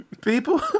People